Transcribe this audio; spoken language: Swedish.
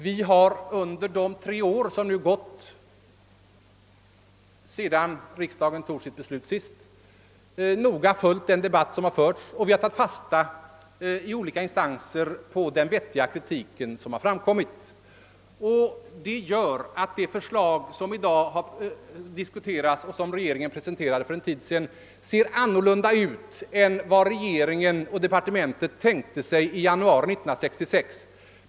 Vi har under de tre år som gått sedan riksdagen fattade sitt beslut noga följt den debatt som förts, och vi har i olika instanser tagit fasta på den vettiga kritiken. Detta gör att det förslag, som regeringen presenterade för en tid sedan och som i dag diskuteras, ser annorlunda ut än vad regeringen och departementet tänkte sig i januari 1966.